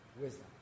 wisdom